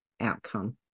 outcome